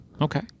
Okay